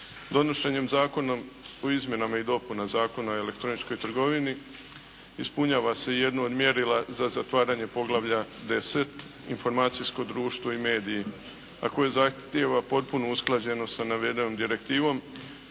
Donošenjem Zakona o izmjenama i dopunama Zakona o elektroničkoj trgovini ispunjava se jedno od mjerila za zatvaranje poglavlja 10 – Informacijsko društvo i mediji a koje zahtijeva potpunu usklađenost sa navedenom direktivom